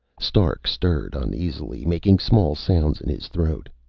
stark stirred uneasily, making small sounds in his throat.